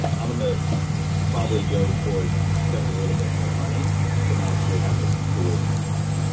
i'm going to probably go towards spending a little bit more money than actually having to so to waste my time,